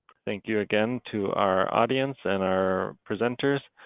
thank you again to our audience and our presenters.